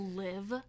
live